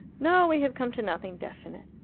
no, we have come to nothing definite.